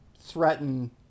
threaten